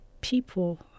people